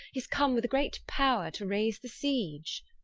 is come with a great power, to rayse the siege.